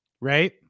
right